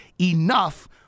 enough